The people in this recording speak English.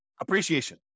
appreciation